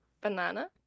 banana